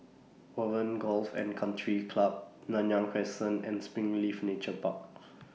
Warren Golf and Country Club Nanyang Crescent and Springleaf Nature Park